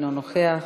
אינו נוכח.